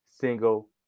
single